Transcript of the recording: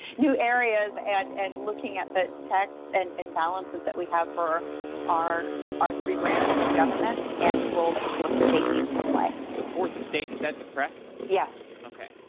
new areas and and looking at the checks and and balances that we have for our our three branches of government and the role that the fourth estate needs to play the fourth estate, is that the press? yes okay.